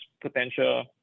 potential